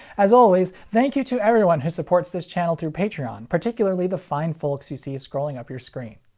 as always, thank you to everyone who supports this channel through patreon, particularly the fine folks you see scrolling up your screen.